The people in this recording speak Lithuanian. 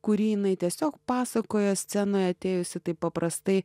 kurį jinai tiesiog pasakojo scenoje atėjusi taip paprastai